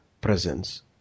presence